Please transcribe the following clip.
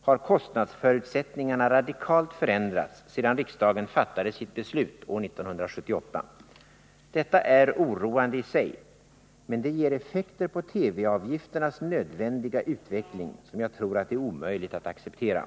har kostnadsförutsättningarna radikalt förändrats sedan riksdagen fattade sitt beslut år 1978. Detta är oroande i sig, men det ger också effekter på TV-avgifternas nödvändiga utveckling som jag tror att det är omöjligt att acceptera.